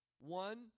one